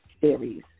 Series